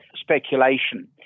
speculation